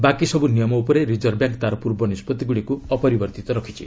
ବାକି ସବୁ ନିୟମ ଉପରେ ରିଜର୍ଭ ବ୍ୟାଙ୍କ୍ ତାର ପୂର୍ବ ନିଷ୍ପଭିଗୁଡ଼ିକୁ ଅପରିବର୍ତ୍ତ ରଖିଛି